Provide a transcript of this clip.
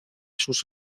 sus